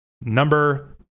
number